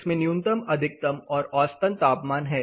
इसमें न्यूनतम अधिकतम और औसतन तापमान हैं